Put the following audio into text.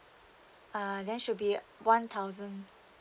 uh then should be one thousand